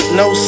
no